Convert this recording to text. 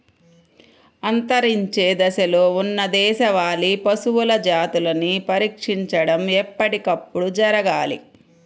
అంతరించే దశలో ఉన్న దేశవాళీ పశువుల జాతులని పరిరక్షించడం ఎప్పటికప్పుడు జరగాలి